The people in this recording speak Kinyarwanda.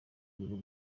ibiri